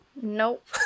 Nope